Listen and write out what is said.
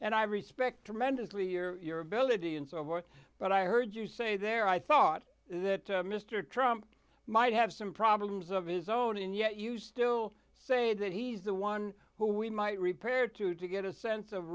and i respect tremendously your ability and so forth but i heard you say there i thought that mr trump might have some problems of his own and yet you still say that he's the one who we might repaired to to get a sense of